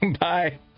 Bye